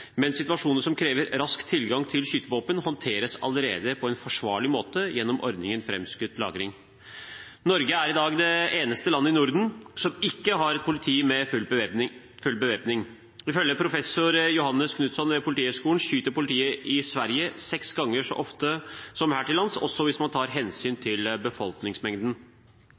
men situasjoner som krever rask tilgang til skytevåpen, håndteres allerede på en forsvarlig måte gjennom ordningen med framskutt lagring. Norge er i dag det eneste landet i Norden som ikke har et politi med full bevæpning. Ifølge professor Johannes Knutsson ved Politihøgskolen skyter politiet i Sverige seks ganger så ofte som her til lands, også hvis man tar hensyn